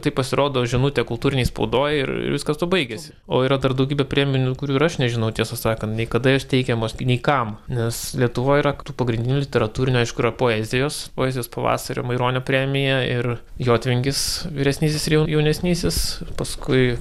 tai pasirodo žinutė kultūrinėj spaudoj ir viskas tuo baigiasi o yra dar daugybė premijų kurių ir aš nežinau tiesą sakant nei kada jos teikiamos nei kam nes lietuvoj yra tų pagrindinių literatūrinė aišku yra poezijos poezijos pavasario maironio premija ir jotvingis vyresnysis ir jau jaunesnysis paskui